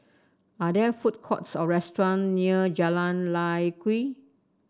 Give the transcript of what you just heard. are there food courts or restaurants near Jalan Lye Kwee